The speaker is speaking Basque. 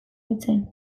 nintzen